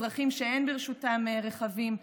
אזרחים שאין ברשותם רכבים,